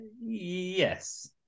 Yes